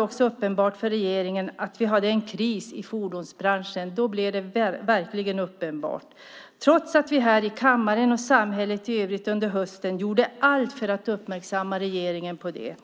uppenbart för regeringen att vi hade en kris i fordonsbranschen. Då blev det verkligen uppenbart, trots att vi här i kammaren och i samhället i övrigt under hösten gjorde allt för att uppmärksamma regeringen på det.